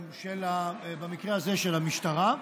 במקרה הזה של המשטרה.